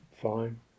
fine